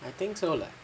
I think so lah